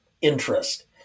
interest